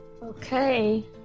Okay